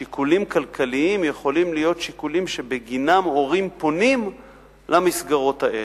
שיקולים כלכליים יכולים להיות שיקולים שבגינם הורים פונים למסגרות האלה,